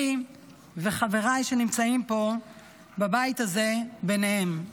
אני וחבריי שנמצאים פה בבית הזה ביניהם.